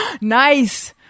Nice